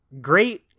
great